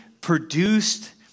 produced